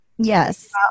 Yes